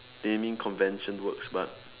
naming convention works but